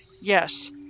yes